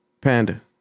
Panda